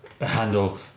handle